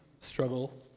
struggle